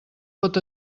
pot